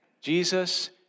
Jesus